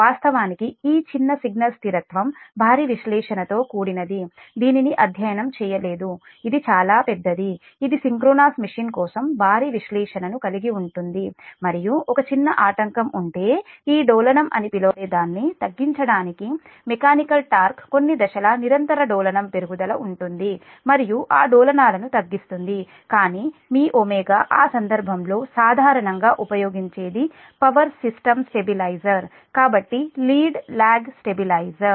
వాస్తవానికి ఈ చిన్న సిగ్నల్ స్థిరత్వం భారీ విశ్లేషణతో కూడినది దీనిని అధ్యయనం చేయలేదు ఇది చాలా పెద్దది ఇది సింక్రోనస్ మెషీన్ కోసం భారీ విశ్లేషణను కలిగి ఉంటుంది మరియు ఒక చిన్న ఆటంకం ఉంటే ఈ ప్రకంపనాలు అని పిలవబడే దాన్ని తగ్గించడానికి మెకానికల్ టార్క్ కొన్ని దశల నిరంతర ప్రకంపనాలు పెరుగుదల ఉంటుంది మరియు ఆ ప్రకంపనాలు తగ్గిస్తుంది కానీ మీ ω ఆ సందర్భంలో సాధారణంగా ఉపయోగించేది పవర్ సిస్టమ్ స్టెబిలైజర్ కాబట్టి లీడ్ లాగ్ స్టెబిలైజర్